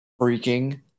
freaking